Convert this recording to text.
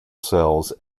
cells